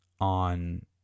on